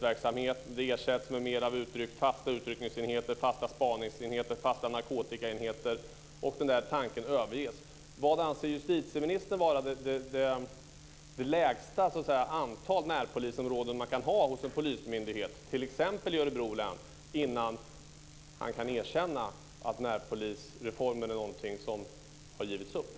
Verksamheten ersätts med fler fasta utryckningsenheter, fasta spaningsenheter och fasta narkotikaenheter. Den tanken överges. Hur få närpolisområden anser justitieministern att det ska finnas hos en polismyndighet - t.ex. i Örebro län - innan man får erkänna att man har givit upp när det gäller närpolisreformen?